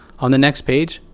on the next page,